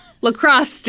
lacrosse